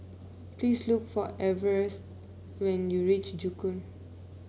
please look for Everet when you reach Joo Koon